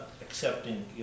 accepting